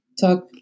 talk